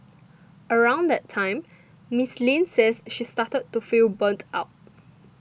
around that time Miss Lin says she started to feel burnt out